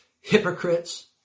hypocrites